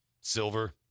Silver